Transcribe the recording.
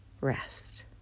rest